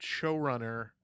showrunner